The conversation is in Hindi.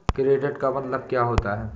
क्रेडिट का मतलब क्या होता है?